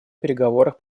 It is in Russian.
переговорах